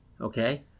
Okay